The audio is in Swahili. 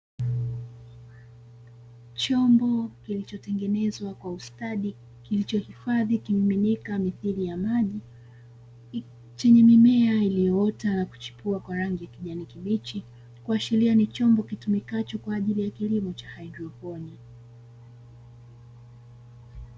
Chombo kilichotengenezwa kwa ustadi, kilichohifadhi kimiminika mithili ya maji chenye mimea iliyoota na kuchipua kwa rangi ya kijani kibichi, kuashiria ni chombo kitumikacho kwa ajili ya kilimo cha haidroponi.